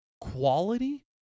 quality